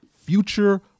future